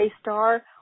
star